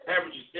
averages